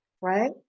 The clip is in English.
right